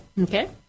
okay